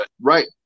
Right